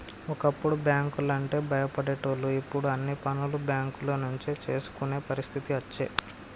ఒకప్పుడు బ్యాంకు లంటే భయపడేటోళ్లు ఇప్పుడు అన్ని పనులు బేంకుల నుంచే చేసుకునే పరిస్థితి అచ్చే